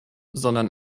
sondern